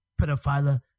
pedophile